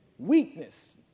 Weakness